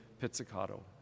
pizzicato